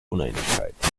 uneinigkeit